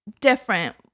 different